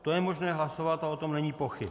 To je možné hlasovat, o tom není pochyb.